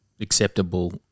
acceptable